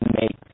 make